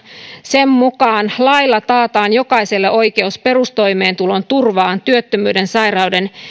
sen mukaan lailla taataan jokaiselle oikeus perustoimeentulon turvaan työttömyyden sairauden